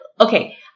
okay